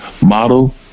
model